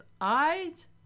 eyes